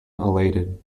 elated